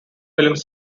films